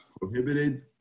prohibited